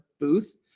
booth